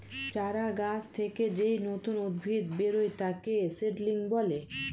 চারা গাছ থেকে যেই নতুন উদ্ভিদ বেরোয় তাকে সিডলিং বলে